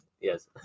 Yes